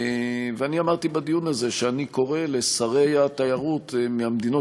אני אמרתי בדיון הזה שאני קורא לשרי התיירות מהמדינות